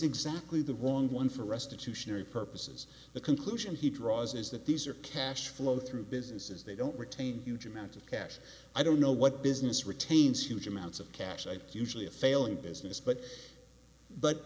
exactly the wrong one for restitution ery purposes the conclusion he draws is that these are cash flow through businesses they don't retain huge amounts of cash i don't know what business retains huge amounts of cash i usually a failing business but but